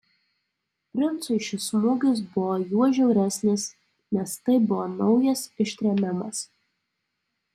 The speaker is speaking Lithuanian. princui šis smūgis buvo juo žiauresnis nes tai buvo naujas ištrėmimas